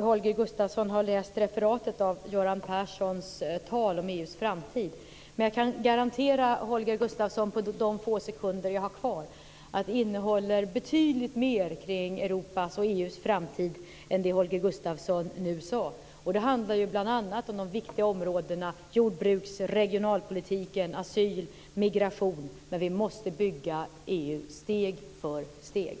Holger Gustafsson har läst referatet av Göran Perssons tal om EU:s framtid. Jag kan garantera Holger Gustafsson på de få sekunders talartid jag har kvar att det innehåller betydligt mer kring Europas och EU:s framtid än det Holger Gustafsson nu sade. Det handlar bl.a. om de viktiga områdena jordbrukspolitiken, regionalpolitiken, asyl och migration. Vi måste bygga EU steg för steg.